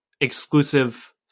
exclusive